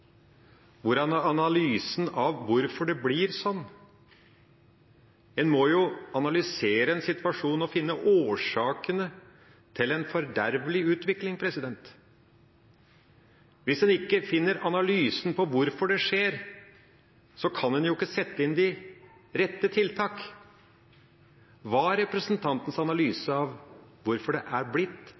er analysen? Hvor er analysen av hvorfor det blir sånn? En må jo analysere en situasjon og finne årsakene til en fordervelig utvikling! Hvis en ikke analyserer hvorfor det skjer, kan en jo ikke sette inn de rette tiltakene! Hva er representantens analyse av hvorfor det er blitt